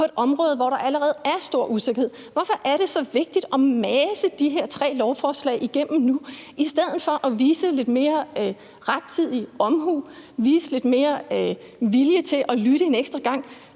på et område, hvor der allerede er stor usikkerhed? Hvorfor er det så vigtigt at mase de her tre lovforslag igennem nu i stedet for at vise lidt mere rettidig omhu, vise lidt mere vilje til at lytte en ekstra gang?